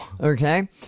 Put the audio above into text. Okay